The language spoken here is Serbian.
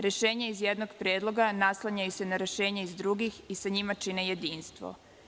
Rešenje iz jednog predloga naslanjaju se na rešenja iz drugih i sa njima čine jedinstvo.